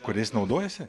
kuriais naudojasi